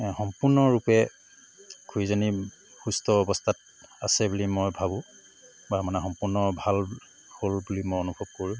সম্পূৰ্ণৰূপে খুড়ীজনী সুস্থ অৱস্থাত আছে বুলি মই ভাবোঁ বা মানে সম্পূৰ্ণ ভাল হ'ল বুলি মই অনুভৱ কৰোঁ